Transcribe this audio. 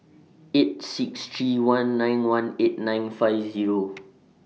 eight six three one nine one eight nine five Zero